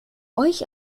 euch